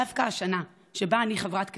דווקא השנה שבה אני חברת כנסת,